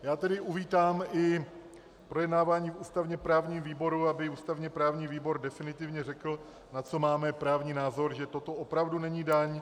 Já tedy uvítám i projednání v ústavněprávním výboru, aby i ústavněprávní výbor definitivně řekl, na co máme právní názor, že toto opravdu není daň.